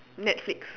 netflix